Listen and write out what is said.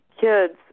kids